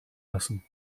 lassen